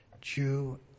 Jew